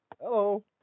hello